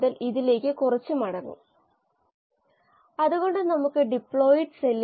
പക്ഷെ നമ്മൾ അതിനെക്കുറിച്ച് സംസാരിക്കുന്നില്ല നമ്മൾ സംസാരിക്കുന്നത് കോശങ്ങളുടെ വർദ്ധനയെ കുറച്ച